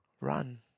run